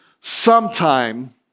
sometime